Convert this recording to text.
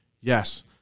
yes